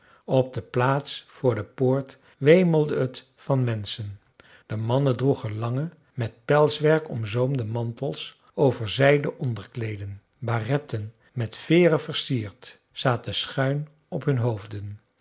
op de plaats voor de poort wemelde het van menschen de mannen droegen lange met pelswerk omzoomde mantels over zijden onderkleeden baretten met veeren versierd zaten schuin op hun hoofden